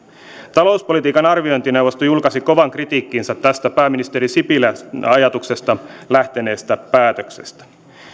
talouspolitiikan arviointineuvosto julkaisi kovan kritiikkinsä tästä pääministeri sipilän ajatuksesta lähteneestä päätöksestä